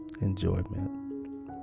Enjoyment